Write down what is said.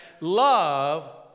love